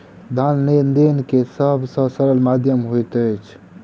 धन लेन देन के सब से सरल माध्यम होइत अछि